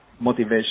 motivation